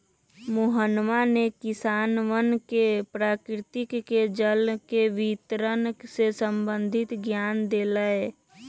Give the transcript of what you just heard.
मोहनवा ने किसनवन के प्रकृति में जल के वितरण से संबंधित ज्ञान देलय